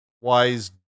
Wise